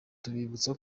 twabibutsa